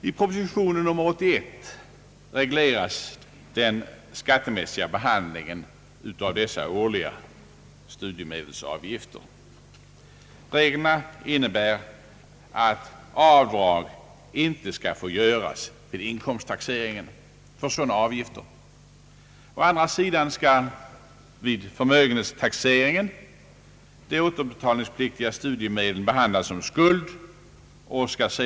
I propositionen nr 81 regleras den skattemässiga behandlingen av dessa årliga studiemedelsavgifter. Reglerna innebär att avdrag för sådana avgifter inte skall få göras vid inkomsttaxeringen. Å andra sidan skall vid förmögenhetstaxeringen de återbetalningspliktiga studiemedlen behandlas som skuld och avdragas.